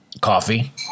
coffee